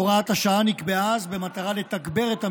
הוראת השעה נקבעה אז במטרה לתגבר את המשטרה,